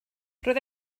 roedd